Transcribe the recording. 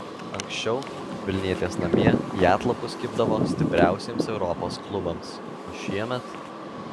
anksčiau vilnietės namie į atlapus kibdavo stipriausiems europos klubams o šiemet